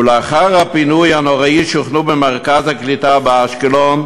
ולאחר הפינוי הנוראי הם שוכנו במרכז הקליטה באשקלון,